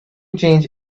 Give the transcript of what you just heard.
change